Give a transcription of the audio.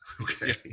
okay